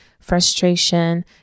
Frustration